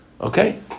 Okay